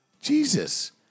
Jesus